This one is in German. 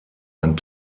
ein